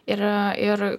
ir ir